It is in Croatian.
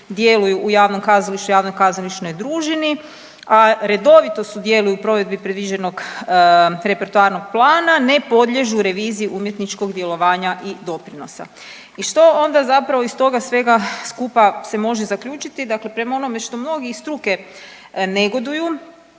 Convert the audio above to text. djeluju u javnom kazalištu i javnoj kazališnoj družini, a redovito sudjeluju u provedbi predviđenog repertoarnog plana ne podliježu reviziji umjetničkog djelovanja i doprinosa. I što onda zapravo iz svega toga skupa se može zaključiti? Dakle, prema onome što mnogi iz struke negoduju